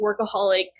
workaholic